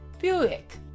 Buick